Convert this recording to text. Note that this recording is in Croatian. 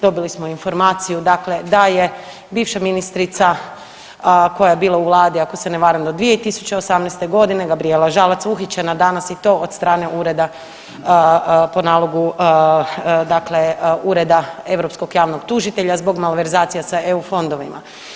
Dobili smo informaciju, dakle da je bivša ministrica koja je bila u Vladi ako se ne varam do 2018. godine Gabrijela Žalac uhićena danas i to od strane ureda po nalogu, dakle Ureda europskog javnog tužitelja zbog malverzacija sa EU fondovima.